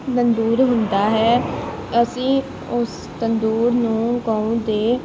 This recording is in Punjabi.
ਤੰਦੂਰ ਹੁੰਦਾ ਹੈ ਅਸੀਂ ਉਸ ਤੰਦੂਰ ਨੂੰ ਗਊ ਦੇ